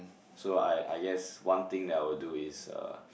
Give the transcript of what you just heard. so I I guess one thing I'll do is uh